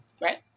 right